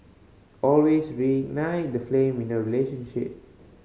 always reignite the flame in your relationship